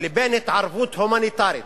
לבין התערבות הומניטרית,